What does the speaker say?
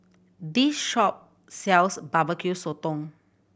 this shop sells Barbecue Sotong